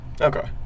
Okay